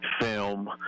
film